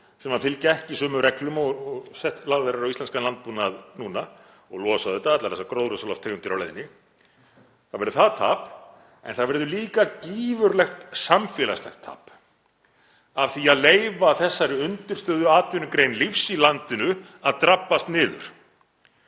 sem fylgja ekki sömu reglum og lagðar eru á íslenskan landbúnað núna og losa auðvitað allar þessar gróðurhúsalofttegundir á leiðinni. Það verður það tap en það verður líka gífurlegt samfélagslegt tap af því að leyfa þessari undirstöðuatvinnugrein lífs í landinu að drabbast niður.